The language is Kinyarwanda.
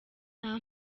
nta